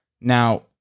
Now